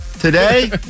Today